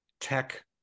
tech